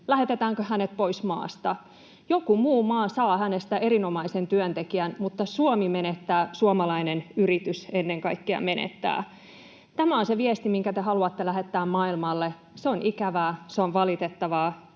Lähetetäänkö hänet pois maasta? Joku muu maa saa hänestä erinomaisen työntekijän, mutta Suomi menettää, ennen kaikkea suomalainen yritys menettää. Tämä on se viesti, minkä te haluatte lähettää maailmalle. Se on ikävää, se on valitettavaa.